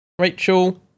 Rachel